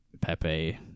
Pepe